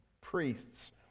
priests